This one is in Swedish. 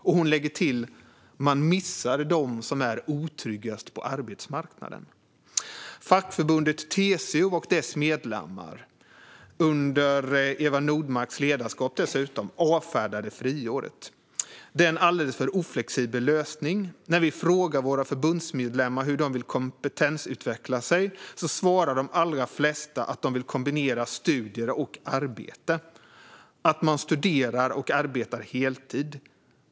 Och hon lägger till: Man missar dem som är otryggast på arbetsmarknaden. Fackförbundet TCO och dess medlemmar, under Eva Nordmarks ledarskap dessutom, avfärdade friåret: "Det är en alldeles för oflexibel lösning. När vi frågar våra förbundsmedlemmar hur de vill kompetensutveckla sig så svarar de allra flesta att de vill kombinera studier och arbete. Att man studerar och arbetar heltid.